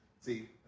see